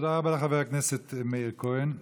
תודה רבה לחבר הכנסת מאיר כהן.